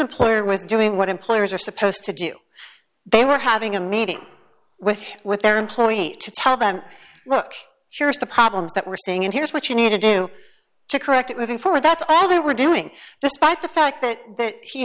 employer was doing what employers are supposed to do they were having a meeting with with their employees to tell them look here's the problems that we're seeing and here's what you need to do to correct it moving forward that's all they were doing despite the fact that